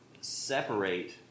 separate